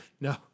No